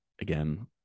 again